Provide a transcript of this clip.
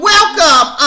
Welcome